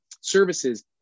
services